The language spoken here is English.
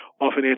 often